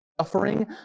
suffering